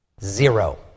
Zero